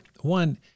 One